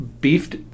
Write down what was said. beefed